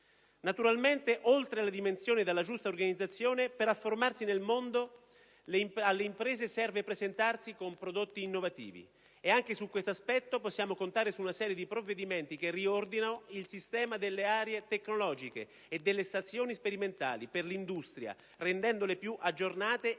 Naturalmente, oltre alle dimensioni ed alla giusta organizzazione, per affermarsi nel mondo alle imprese serve presentarsi con prodotti innovativi. Anche da questo punto di vista possiamo contare su una serie di provvedimenti che riordinano il sistema delle aree tecnologiche e delle stazioni sperimentali per l'industria, rendendole più aggiornate e